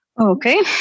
Okay